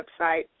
website